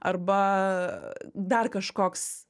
arba dar kažkoks